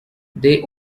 they